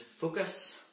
focus